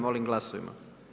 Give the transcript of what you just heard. Molim glasujmo.